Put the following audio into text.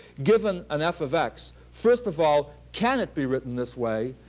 given an f of x, first of all, can it be written this way?